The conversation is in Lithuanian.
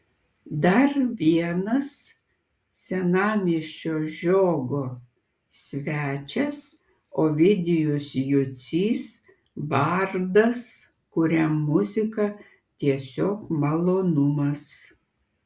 dar vienas senamiesčio žiogo svečias ovidijus jucys bardas kuriam muzika tiesiog malonumas